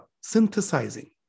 synthesizing